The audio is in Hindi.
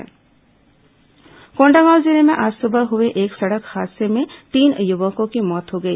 हादसा कोंडागांव जिले में आज सुबह हुए एक सड़क हादसे में तीन युवकों की मौत हो गई